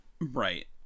Right